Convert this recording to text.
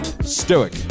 Stoic